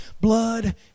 blood